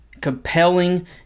compelling